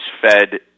Fed